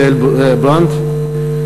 יעל ברנדט,